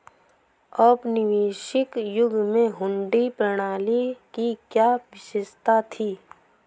औपनिवेशिक युग में हुंडी प्रणाली की क्या विशेषता थी?